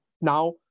Now